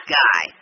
guy